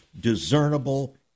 discernible